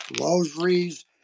rosaries